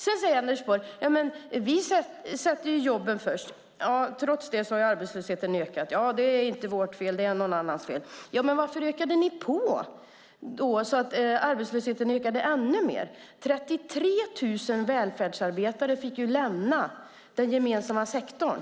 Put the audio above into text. Sedan säger Anders Borg: Men vi sätter jobben först. Ja, trots det har arbetslösheten ökat. Då säger han: Det är inte vårt fel, utan det är någon annans fel. Men varför ökade ni på så att arbetslösheten ökade ännu mer? 33 000 välfärdsarbetare fick lämna den gemensamma sektorn.